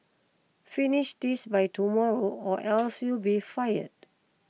finish this by tomorrow or else you'll be fired